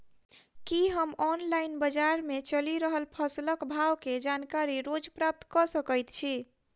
की हम ऑनलाइन, बजार मे चलि रहल फसलक भाव केँ जानकारी रोज प्राप्त कऽ सकैत छी?